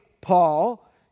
Paul